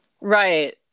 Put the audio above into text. right